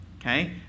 okay